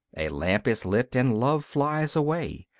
a lamp is lit, and love flies away.